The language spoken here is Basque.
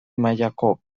mailako